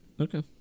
Okay